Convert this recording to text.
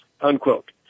unquote